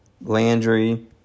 Landry